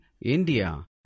India